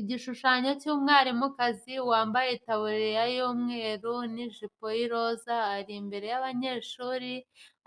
Igishushanyo cy'umwarimukazi wambaye itaburiya y'umweru n'ijipo y'iroza ari imbere y'abanyeshuri